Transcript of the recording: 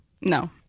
No